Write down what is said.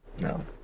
No